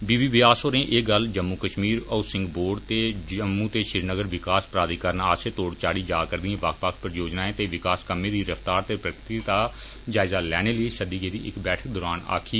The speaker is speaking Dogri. बी बी व्यास होरें एह् गल्ल जम्मू कश्मीर हाउसिंग बोर्ड ते जम्मू ते श्रीनगर विकास प्राधिकरणें आस्सेआ तोड़ चाढ़ी जा'रदिएं बक्ख बक्ख परियोजनाएं ते विकास कम्में दी रफ्तार ते प्रगति दा जायजा लैने लेई सद्दी गेदी इक बैठक दौरान आक्खी